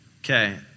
Okay